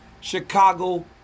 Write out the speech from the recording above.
Chicago